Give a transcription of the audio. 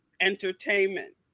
entertainment